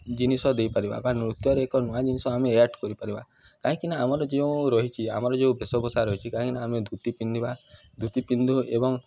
ଜିନିଷ ଦେଇପାରିବା ବା ନୃତ୍ୟରେ ଏକ ନୂଆ ଜିନିଷ ଆମେ ଆଡ଼ କରିପାରିବା କାହିଁକିନା ଆମର ଯେଉଁ ରହିଛି ଆମର ଯେଉଁ ବେଶଭୂଷା ରହିଛି କାହିଁକିନା ଆମେ ଧୋତି ପିନ୍ଧିବା ଧୋତି ପିନ୍ଧୁ ଏବଂ